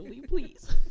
please